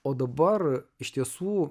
o dabar iš tiesų